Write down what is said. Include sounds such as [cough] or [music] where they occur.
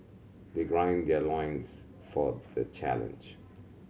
they [unintelligible] their loins for the challenge